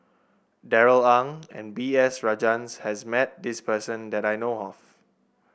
Darrell Ang and B S Rajhans has met this person that I know of